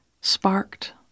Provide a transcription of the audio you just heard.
sparked